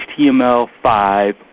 HTML5